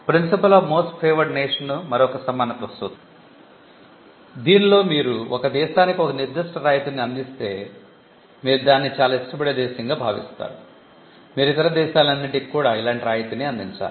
Principle of most favored nation మరొక సమానత్వ సూత్రం దీనిలో మీరు ఒక దేశానికి ఒక నిర్దిష్ట రాయితీని అందిస్తే మీరు దానిని చాలా ఇష్టపడే దేశంగా భావిస్తారు మీరు ఇతర దేశాలన్నింటికి కూడా ఇలాంటి రాయితీని అందించాలి